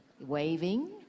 waving